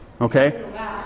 Okay